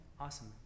awesome